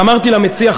ואמרתי למציע,